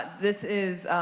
this is